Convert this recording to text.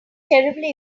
terribly